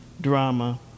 drama